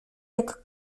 jak